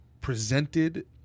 presented